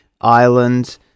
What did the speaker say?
Ireland